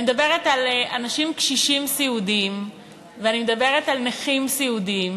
אני מדברת על אנשים קשישים סיעודיים ואני מדברת על נכים סיעודיים,